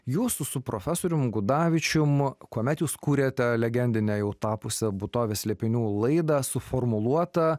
jūsų su profesorium gudavičium kuomet jūs kurėte legendinę jau tapusia būtovės slėpinių laidą suformuluotą